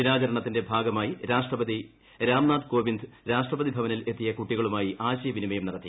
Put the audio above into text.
ദിനാചരണത്തിന്റെ ഭാഗമായി രാഷ്ട്രപതി രാംനാഥ് കോവിന്ദ് രാഷ്ട്രപതി ഭവനിൽ എത്തിയ കുട്ടികളുമായി ആശയവിനിമയം നടത്തി